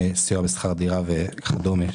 סיוע בשכר דירה וכדומה,